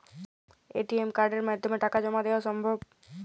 ATM কার্ডের মাধ্যমে টাকা জমা দেওয়া সম্ভব?